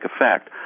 effect